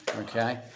Okay